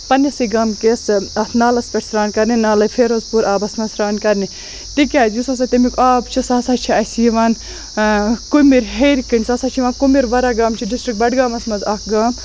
پَننسٕے گامکِس اتھ نالَس پیٹھ سران کَرنہِ نالے فیروز پوٗر آبَس مَنٛز سران کَرنہِ تکیاز یُس ہَسا تمیُک آب چھُ سُہ ہَسا چھُ اَسہِ یِوان کُمِر ہیرِ کِن سُہ ہَسا چھُ یِوان کُمِر وَرَگام چہِ ڈِسٹرک بَڈگامَس مَنٛز اکھ گام